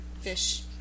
fish